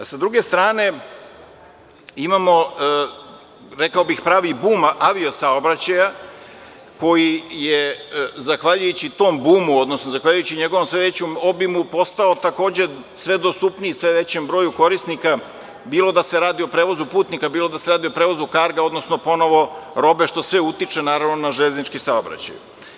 Sa druge strane, imamo, rekao bih, pravi bum avio-saobraćaja, koji je zahvaljujući tom bumu, odnosno zahvaljujući njegovom sve većem obimu, postao takođe sve dostupniji sve većem broju korisnika, bilo da se radi o prevozu putnika, bilo da se radi o prevozu karga, odnosno robe, što sve utiče na železnički saobraćaj.